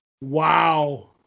Wow